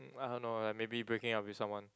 I don't know like maybe breaking up with someone